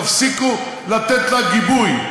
תפסיקו לתת לה גיבוי.